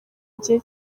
gihe